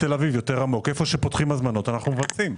איפה שפותחים הזמנות, אנחנו מבצעים.